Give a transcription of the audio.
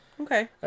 Okay